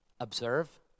Observe